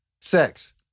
Sex